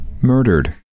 murdered